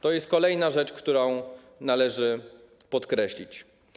To jest kolejna rzecz, którą należy podkreślić.